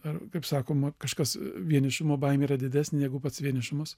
ar kaip sakoma kažkas vienišumo baimė yra didesnė negu pats vienišumas